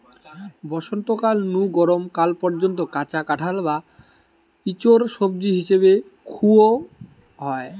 বসন্তকাল নু গরম কাল পর্যন্ত কাঁচা কাঁঠাল বা ইচোড় সবজি হিসাবে খুয়া হয়